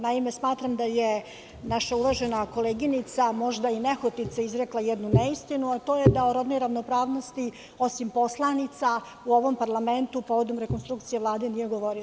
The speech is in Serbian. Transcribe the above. Naime, smatram da je naša uvažena koleginica, možda i nehotice izrekla jednu neistinu, a to je da rodnoj ravnopravnosti osim poslanica u ovom parlamentu povodom rekonstrukcija Vlade nije se govorilo.